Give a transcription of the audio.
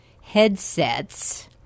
headsets